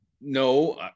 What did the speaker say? No